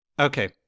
Okay